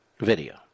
video